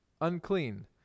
unclean